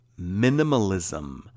minimalism